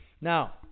Now